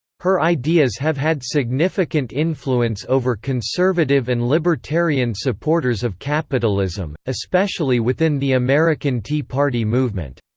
her ideas have had significant influence over conservative and libertarian supporters of capitalism, especially within the american tea party movement.